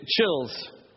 chills